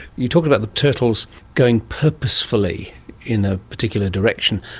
you talk about the turtles going purposefully in a particular direction.